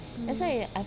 mm